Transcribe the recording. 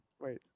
Wait